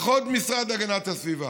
פחות משרד להגנת הסביבה.